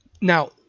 Now